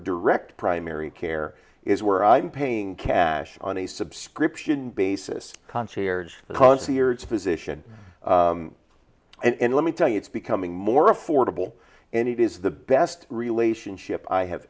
direct primary care is where i'm paying cash on a subscription basis concierge the concierge physician and let me tell you it's becoming more affordable and it is the best relationship i have